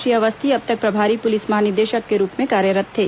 श्री अवस्थी अब तक प्रभारी पुलिस महानिदेशक के रूप में कार्यरत् थे